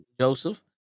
Joseph